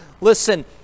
listen